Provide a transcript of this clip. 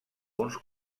uns